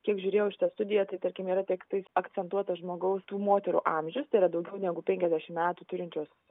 kiek žiūrėjau šita studiją tai tarkim yra tiktai akcentuotas žmogaus moterų amžius tai yra daugiau negu penkiasdešimt metų turinčios